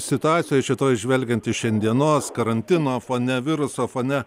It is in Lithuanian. situacijoj čia toj žvelgiant iš šiandienos karantino fone viruso fone